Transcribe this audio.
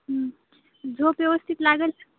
झोप व्यवस्थित लागंल